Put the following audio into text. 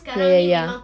ya ya ya